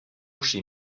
chi